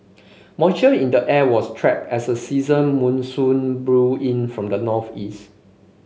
moisture in the air was trapped as a season monsoon blew in from the northeast